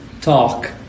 talk